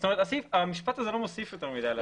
זאת אומרת, המשפט הזה לא מוסיף יותר מדי.